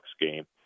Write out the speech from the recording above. game